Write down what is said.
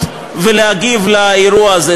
ולגנות ולהגיב על האירוע הזה.